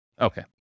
Okay